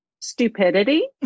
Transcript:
Stupidity